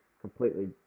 completely